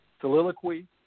soliloquy